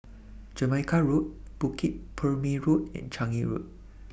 Jamaica Road Bukit Purmei Road and Changi Road